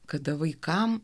kada vaikams